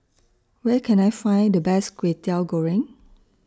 Where Can I Find The Best Kway Teow Goreng